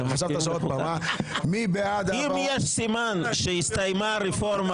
אם יש סימן שהסתיימה הרפורמה,